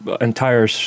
entire